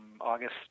August